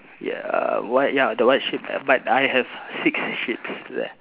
ya uh white ya the white sheep but I have six sheeps there